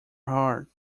heart